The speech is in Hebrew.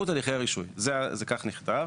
הימשכות הליכי הרישוי, כך נכתב.